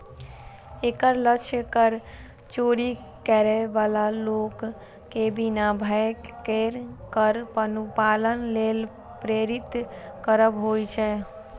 एकर लक्ष्य कर चोरी करै बला लोक कें बिना भय केर कर अनुपालन लेल प्रेरित करब होइ छै